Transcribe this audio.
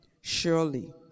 Surely